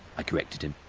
i corrected him,